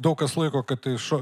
daug kas laiko kad tai šo